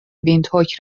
ویندهوک